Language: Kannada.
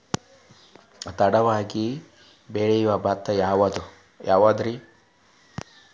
ತಡವಾಗಿ ಬೆಳಿಯೊ ಭತ್ತ ಯಾವುದ್ರೇ?